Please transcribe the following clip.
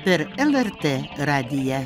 per lrt radiją